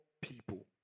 people